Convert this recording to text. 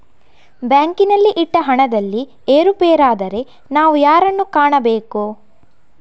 ಬ್ಯಾಂಕಿನಲ್ಲಿ ಇಟ್ಟ ಹಣದಲ್ಲಿ ಏರುಪೇರಾದರೆ ನಾವು ಯಾರನ್ನು ಕಾಣಬೇಕು?